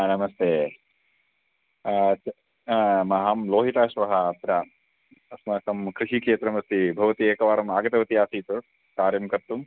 नमस्ते अहं लोहिताश्वः अत्र अस्माकं कृषिक्षेत्रमस्ति भवती एकवारम् आगतवती आसीत् कार्यं कर्तुम्